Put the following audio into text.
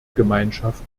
gemeinschaft